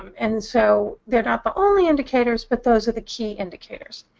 and so they're not the only indicators, but those are the key indicators.